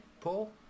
Paul